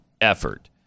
effort